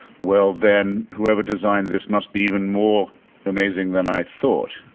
well, then, whoever designed this must be even more amazing than i thought.